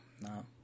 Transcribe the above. no